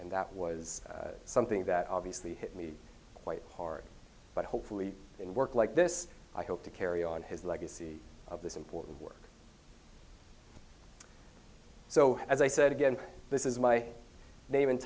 and that was something that obviously hit me quite hard but hopefully in work like this i hope to carry on his legacy of this important work so as i said again this is my name and